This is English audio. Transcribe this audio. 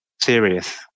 serious